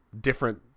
different